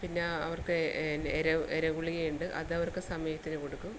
പിന്നെ അവർക്ക് ഇര ഇര ഗുളികയുണ്ട് അതവർക്ക് സമയത്തിന് കൊടുക്കും